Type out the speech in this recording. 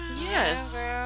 Yes